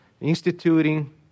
instituting